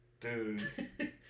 Dude